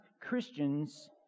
Christians